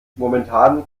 momentan